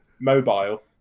mobile